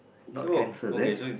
not cancer then